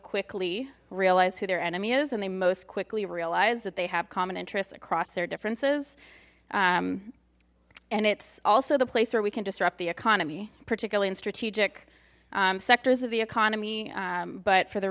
quickly realize who their enemy is and they most quickly realize that they have common interests across their differences and it's also the place where we can disrupt the economy particularly in strategic sectors of the economy but